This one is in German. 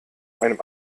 einem